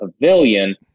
pavilion